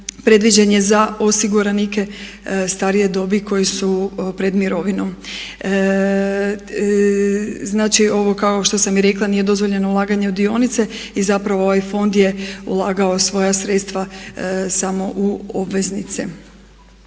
predviđen je za osiguranike starije dobi koji su pred mirovinom. Znači ovo kao što sam i rekla nije dozvoljeno ulaganje u dionice i zapravo ovaj fond je ulagao svoja sredstva samo u obveznice.